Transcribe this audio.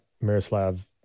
Miroslav